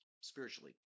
spiritually